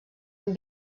amb